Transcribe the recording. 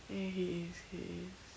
ya he is he is